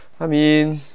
I mean